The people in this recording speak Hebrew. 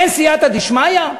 אין סייעתא דשמיא?